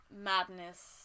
madness